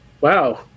Wow